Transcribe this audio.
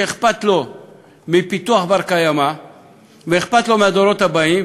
מי שאכפת לו מפיתוח בר-קיימא ואכפת לו מהדורות הבאים,